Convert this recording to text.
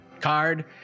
card